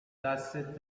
دستت